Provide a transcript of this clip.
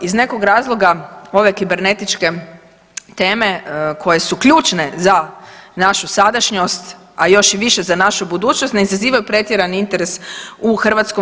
Iz nekog razloga ove kibernetičke teme koje su ključne za našu sadašnjost, a još i više za našu budućnost ne izazivaju pretjerani interes u HS.